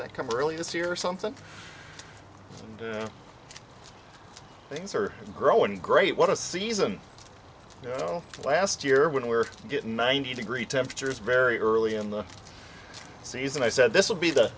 that come early this year or something and things are growing great what a season last year when we were getting ninety degree temperatures very early in the season i said this will be the